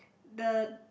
the